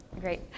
great